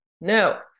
No